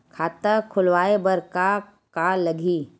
खाता खुलवाय बर का का लगही?